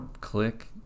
click